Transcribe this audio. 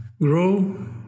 grow